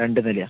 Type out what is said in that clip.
രണ്ട് നിലയാണ്